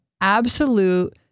absolute